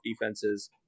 defenses